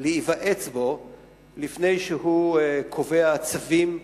להיוועץ בו לפני שהוא קובע צווים,